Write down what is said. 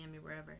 wherever